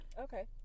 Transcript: okay